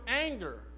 anger